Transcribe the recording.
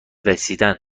رسیدن